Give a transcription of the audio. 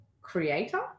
creator